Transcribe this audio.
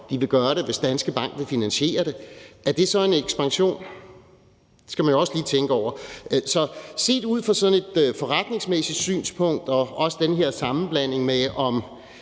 de vil gøre det, hvis Danske Bank vil finansiere det – at det så en ekspansion? Det skal man også lige tænke over. Det er et skråplan, som vi ikke skal ud på, set fra sådan et forretningsmæssigt synspunkt og i forhold til den der sammenblanding med, om